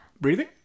Breathing